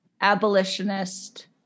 abolitionist